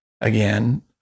again